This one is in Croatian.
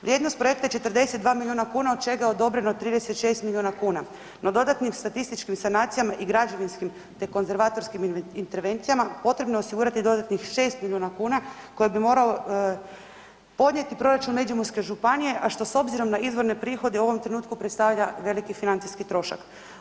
Vrijednost projekta je 42 miliona kuna od čega je odobreno 36 miliona kuna, no dodatnim statističkim sanacijama i građevinskim te konzervatorskim intervencijama potrebno je osigurati dodatnih 6 miliona kuna koje bi moralo podnijeti proračun Međimurske županije, a što s obzirom na izvorne prihode u ovom trenutku predstavlja veliki financijski trošak.